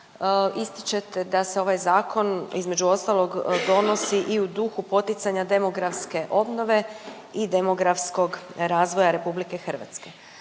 ističete da se ovaj zakon između ostalog donosi i u duhu poticanja demografske obnove i demografskog razvoja RH. Pa me